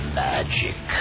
magic